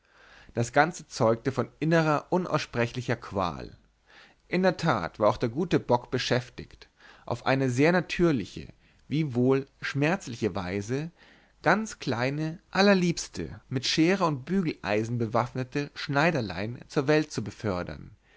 das ganze zeugte von innerer unaussprechlicher qual in der tat war auch der gute bock beschäftigt auf eine sehr natürliche wiewohl schmerzliche weise ganz kleine allerliebste mit schere und bügeleisen bewaffnete schneiderlein zur welt zu befördern